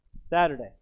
Saturday